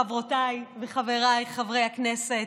חברותיי וחבריי חברי הכנסת,